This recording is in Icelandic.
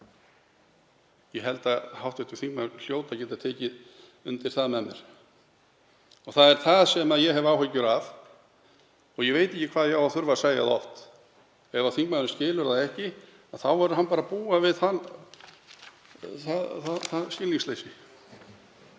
Ég held að hv. þingmaður hljóti að geta tekið undir það með mér. Það er það sem ég hef áhyggjur af. Ég veit ekki hvað ég á að þurfa að segja það oft. Ef þingmaðurinn skilur það ekki þá verður hann bara að búa við það skilningsleysi.